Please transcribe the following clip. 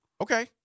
Okay